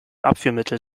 abführmittel